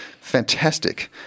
fantastic